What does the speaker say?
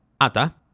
ata